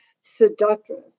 Seductress